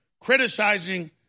criticizing